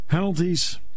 Penalties